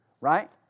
Right